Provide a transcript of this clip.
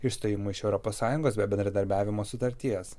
išstojimui iš europos sąjungos be bendradarbiavimo sutarties